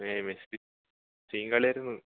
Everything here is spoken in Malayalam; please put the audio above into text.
മെസ്സി സീൻ കളിയായിരുന്നു